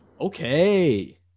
Okay